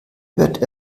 hört